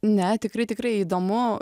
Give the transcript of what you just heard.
ne tikrai tikrai įdomu